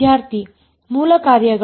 ವಿದ್ಯಾರ್ಥಿ ಮೂಲ ಕಾರ್ಯಗಳು